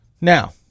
Now